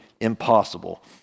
impossible